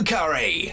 Curry